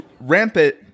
rampant